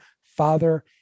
father